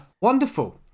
Wonderful